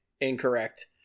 Incorrect